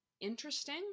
interesting